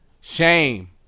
shame